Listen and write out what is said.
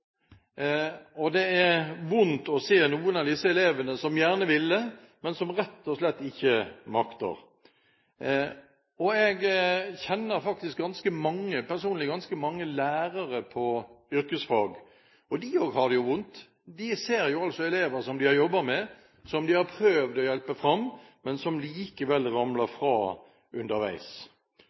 det en har begynt på. Det er vondt å se noen av disse elevene som gjerne ville, men som rett og slett ikke makter. Jeg kjenner personlig ganske mange lærere på yrkesfag, og de har det også vondt. De ser at elever de har jobbet med, og som de har prøvd å hjelpe fram, likevel ramler fra underveis.